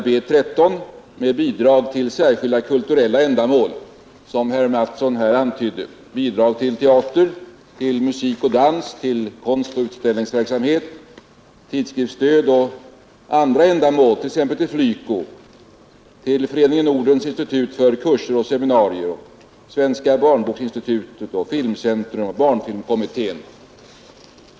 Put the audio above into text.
B 13 Bidrag till särskilda kulturella ändamål, som herr Mattsson här antydde: bidrag till teater, bidrag till musik och dans, bidrag till konst och utställningsverksamhet, tidskriftsstöd och stöd för andra ändamål, t.ex. till FLYCO, till Föreningen Nordens institut för kurser och seminarier, Svenska barnbokesinstitutet, Filmcentrum och barnfilmskommittén.